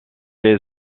est